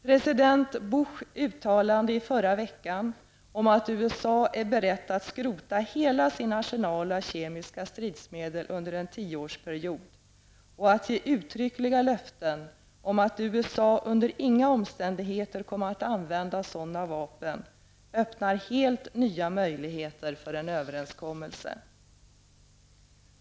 President Bushs uttalande förra veckan om att USA är berett att skrota hela sin arsenal av kemiska stridsmedel under en tioårsperiod och att uttryckliga löften om att USA under inga omständigheter kommer att använda sådana vapen öppnar helt nya möjligheter för en överenskommelse.